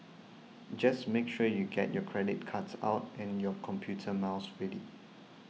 just make sure you get your credit cards out and your computer mouse ready